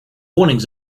warnings